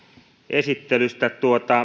esittelystä